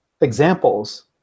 examples